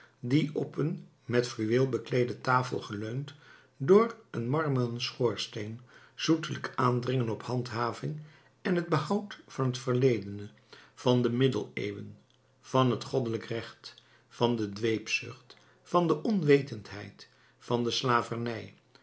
die op een met fluweel bekleede tafel geleund voor een marmeren schoorsteen zoetelijk aandringen op de handhaving en het behoud van het verledene van de middeleeuwen van het goddelijk recht van de dweepzucht van de onwetendheid van de slavernij